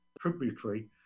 tributary